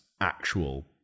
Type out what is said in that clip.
actual